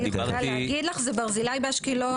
אני יכולה להגיד לך: זה "ברזילי" באשקלון,